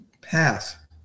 path